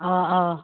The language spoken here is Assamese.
অঁ অঁ